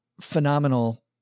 phenomenal